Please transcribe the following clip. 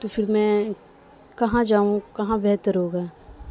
تو پھر میں کہاں جاؤں کہاں بہتر ہوگا